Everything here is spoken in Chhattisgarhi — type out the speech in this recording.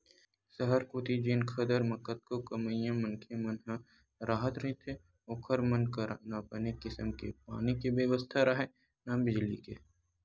सहर कोती जेन खदर म कतको कमइया मनखे मन ह राहत रहिथे ओखर मन करा न बने किसम के पानी के बेवस्था राहय, न बिजली के